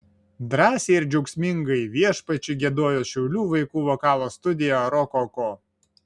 drąsiai ir džiaugsmingai viešpačiui giedojo šiaulių vaikų vokalo studija rokoko